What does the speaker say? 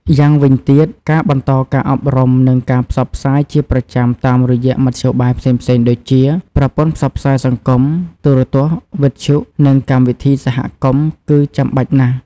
យ៉ាងវិញទៀត ការបន្តការអប់រំ និងការផ្សព្វផ្សាយជាប្រចាំតាមរយៈមធ្យោបាយផ្សេងៗដូចជា ប្រព័ន្ធផ្សព្វផ្សាយសង្គម ទូរទស្សន៍ វិទ្យុ និងកម្មវិធីសហគមន៍ គឺចាំបាច់ណាស់។